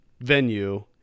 venue